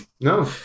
no